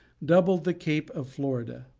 doubled the cape of florida.